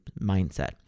mindset